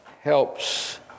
helps